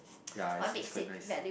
ya it's it's quite nice